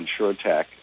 InsureTech